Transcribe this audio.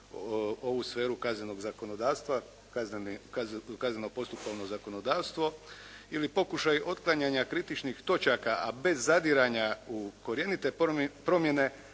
ovu sferu kaznenog zakonodavstva, kazneno postupovno zakonodavstvo ili pokušaj otklanjanja kritičnih točaka, a bez zadiranja u korjenite promjene